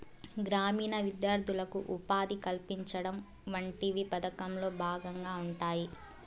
గ్రామీణ విద్యార్థులకు ఉపాధి కల్పించడం వంటివి పథకంలో భాగంగా ఉంటాయి